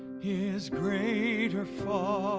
is greater far